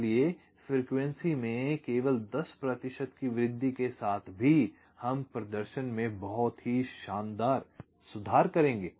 इसलिए फ्रीक्वेंसी में केवल 10 प्रतिशत की वृद्धि के साथ भी हम प्रदर्शन में बहुत ही शानदार सुधार करेंगे